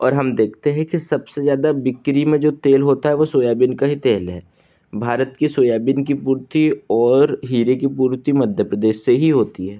और हम देखते हैं कि सबसे ज़्यादा बिक्री में जो तेल होता है वो सोयाबीन का ही तेल है भारत के सोयाबीन की पूर्ति और हीरे की पूर्ति मध्य प्रदेश से ही होती है